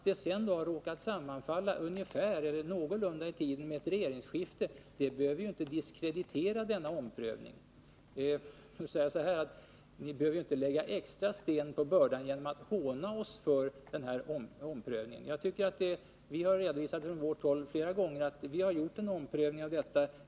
Detta råkade i tiden någorlunda sammanfalla med ett regeringsskifte, men det behöver ju inte diskreditera omprövningen. Ni behöver inte så att säga lägga sten på börda genom att håna oss för detta. Vi har redovisat att vi gjort en omprövning.